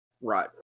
Right